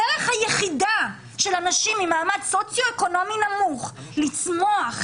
הדרך היחידה של אנשים ממעמד סוציו-אקונומי נמוך לצמוח,